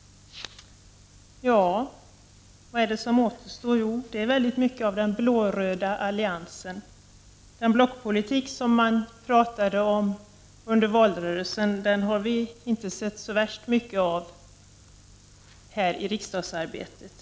Ja, vad är det som återstår? Jo, mycket av den blå-röda alliansen. Den blockpolitik som det talades mycket om under valrörelsen har vi inte sett så värst mycket av här i riksdagsarbetet.